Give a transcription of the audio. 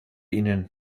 ihnen